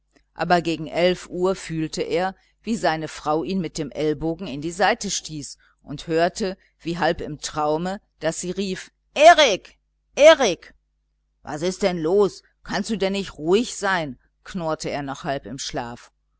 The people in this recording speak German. aber gegen elf uhr fühlte er wie seine frau ihn mit dem ellenbogen in die seite stieß und hörte wie halb im traume daß sie rief erik erik was ist denn jetzt los kannst du denn nicht ruhig sein knurrte er noch halb im schlaf